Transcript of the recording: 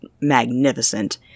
magnificent